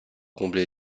combler